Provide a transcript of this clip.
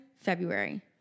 February